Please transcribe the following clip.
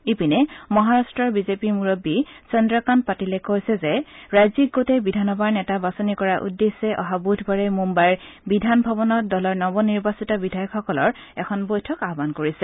ইপিনে মহাৰট্ট বিজেপিৰ মুৰববী চন্দ্ৰকান্ত পাটিলে কৈছে যে ৰাজ্যিক গোটে বিধানসভাৰ নেতা বাছনি কৰাৰ উদ্দেশ্যে অহা বুধবাৰে মুম্বাইৰ বিধান ভৱনত দলৰ নৱনিৰ্বাচিত বিধায়কসকলৰ এখন বৈঠক আয়ান কৰিছে